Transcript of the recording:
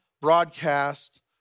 broadcast